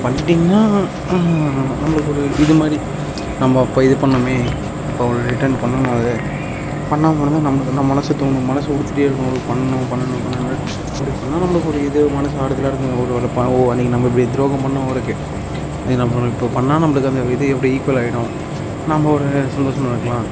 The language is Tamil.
பண்ணிட்டிங்கனால் நம்மளுக்கு ஒரு இதுமாதிரி நம்ம அப்போ இது பண்ணோமே இப்போ அவர் ரிட்டன் பண்ணணும் அதை பண்ணால் மட்டும் தான் நம்மளுக்கு நம்ம மனதுக்கு தோணும் மனது உறுத்திகிட்டே இருக்கும் அவங்களுக்கு பண்ணணும் பண்ணணும் பண்ணணுன்னு அப்படி பண்ணால் நம்மளுக்கு ஒரு இது மனது ஆறுதலாக இருக்கும்ங்க ஒரு வேளை இப்போ ஓ அன்றைக்கி நம்ம இப்படி துரோகம் பண்ணோம் அவருக்கு அன்றைக்கி நம்ம இப்போது பண்ணால் நம்மளுக்கு அந்த விதி அப்டி ஈக்குவலாகிடும் நாம் ஒரு சந்தோஷமா இருக்கலாம்